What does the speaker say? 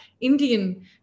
Indian